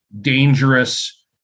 dangerous